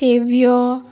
तेवयो